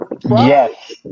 Yes